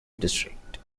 district